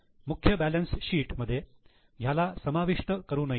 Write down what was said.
मुख्य balance sheet मध्ये ह्याला समाविष्ट करू नये